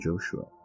Joshua